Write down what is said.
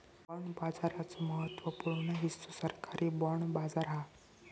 bond बाजाराचो महत्त्व पूर्ण हिस्सो सरकारी बाँड बाजार हा